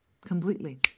completely